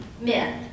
myth